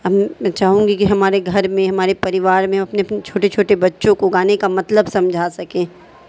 ہم میں چاہوں گی کہ ہمارے گھر میں ہمارے پریوار میں ہم اپنے چھوٹے چھوٹے بچوں کو گانے کا مطلب سمجھا سکیں